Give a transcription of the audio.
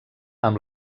amb